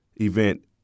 event